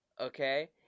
okay